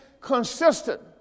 Consistent